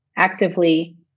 actively